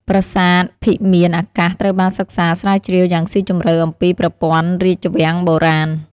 ប្រាសាទភិមានអាកាសត្រូវបានសិក្សាស្រាវជ្រាវយ៉ាងស៊ីជម្រៅអំពីប្រព័ន្ធរាជវាំងបុរាណ។